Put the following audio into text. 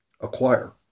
acquire